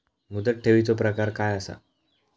मुदत ठेवीचो प्रकार काय असा?